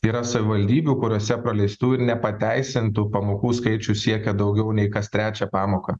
yra savivaldybių kuriose praleistų ir nepateisintų pamokų skaičius siekia daugiau nei kas trečią pamoką